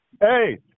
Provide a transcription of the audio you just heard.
Hey